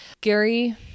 Gary